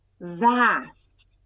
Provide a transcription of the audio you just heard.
vast